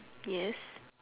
yes